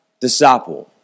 disciple